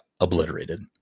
obliterated